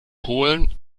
polen